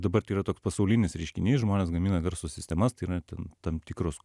dabar tai yra toks pasaulinis reiškinys žmonės gamina garso sistemas tai yra ten tam tikros